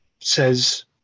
says